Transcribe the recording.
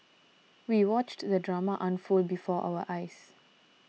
we watched the drama unfold before our eyes